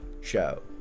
show